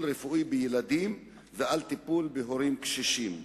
רפואי בילדים ועל טיפול בהורים קשישים.